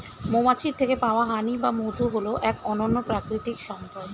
মৌমাছির থেকে পাওয়া হানি বা মধু হল এক অনন্য প্রাকৃতিক সম্পদ